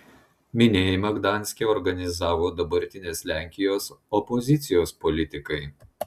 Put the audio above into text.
minėjimą gdanske organizavo dabartinės lenkijos opozicijos politikai